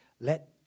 let